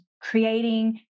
creating